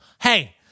Hey